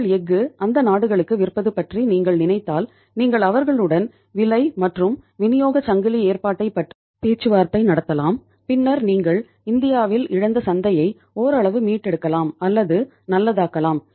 உங்கள் எஃகு அந்த நாடுகளுக்கு விற்பது பற்றி நீங்கள் நினைத்தால் நீங்கள் அவர்களுடன் விலை மற்றும் விநியோகச் சங்கிலி ஏற்பாட்டைப் பற்றி பேச்சுவார்த்தை நடத்தலாம் பின்னர் நீங்கள் இந்தியாவில் இழந்த சந்தையை ஓரளவு மீட்டெடுக்கலாம் அல்லது நல்லதாக்கலாம்